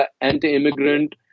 anti-immigrant